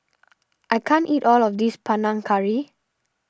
I can't eat all of this Panang Curry